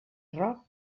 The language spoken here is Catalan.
roc